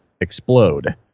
explode